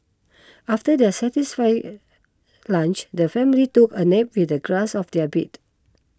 after their satisfying lunch the family took a nap with the grass of their bed